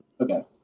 Okay